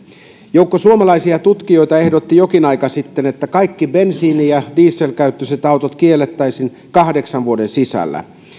joukko suomalaisia tutkijoita ehdotti jokin aika sitten että kaikki bensiini ja dieselkäyttöiset autot kiellettäisiin kahdeksan vuoden sisällä